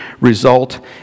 result